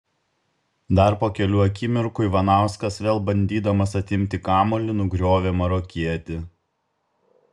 dar po kelių akimirkų ivanauskas vėl bandydamas atimti kamuolį nugriovė marokietį